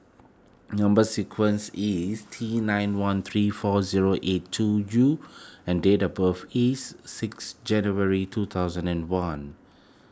Number Sequence is T nine one three four zero eight two U and date of birth is sixth January two thousand and one